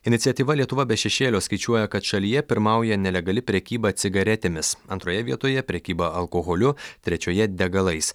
iniciatyva lietuva be šešėlio skaičiuoja kad šalyje pirmauja nelegali prekyba cigaretėmis antroje vietoje prekyba alkoholiu trečioje degalais